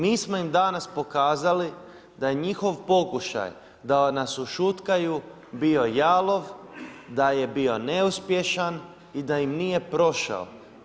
Mi smo im danas pokazali, da je njihov pokušaj da nas ušutkaju, bio jalov, da je bio neuspješan i da im nije prošao.